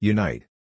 Unite